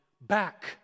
back